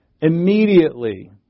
Immediately